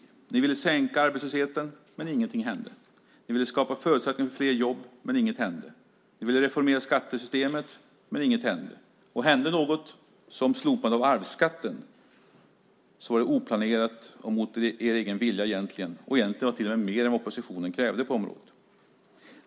Ni socialdemokrater ville minska arbetslösheten, men ingenting hände. Ni ville skapa förutsättningar för fler jobb, men ingenting hände. Ni ville reformera skattesystemet, men ingenting hände. Och om någonting hände, som slopandet av arvsskatten, var det oplanerat och mot er egen vilja egentligen. Och egentligen var det till och med mer än oppositionen krävde på området.